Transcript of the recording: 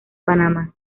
panamá